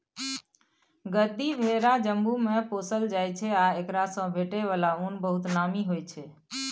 गद्दी भेरा जम्मूमे पोसल जाइ छै आ एकरासँ भेटै बला उन बहुत नामी होइ छै